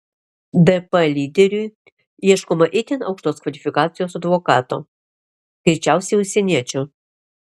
dp lyderiui ieškoma itin aukštos kvalifikacijos advokato greičiausiai užsieniečio